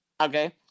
okay